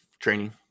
training